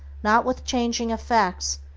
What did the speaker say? not with changing effects,